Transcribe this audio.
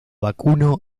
vacuno